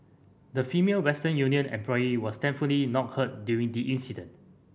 the Female Western Union employee was thankfully not hurt during the incident